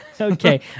Okay